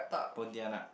Pontianak